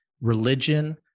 religion